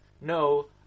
no